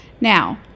Now